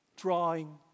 drawing